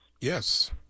yes